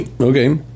Okay